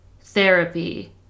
therapy